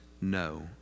no